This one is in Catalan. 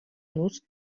los